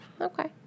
Okay